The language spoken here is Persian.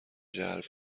جلب